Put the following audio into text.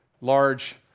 large